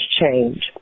change